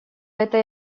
этой